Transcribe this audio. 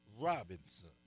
Robinson